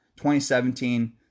2017